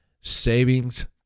Savings